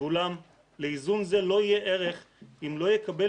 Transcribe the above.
ואולם לאיזון זה לא יהיה ערך אם הוא לא יקבל